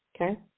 Okay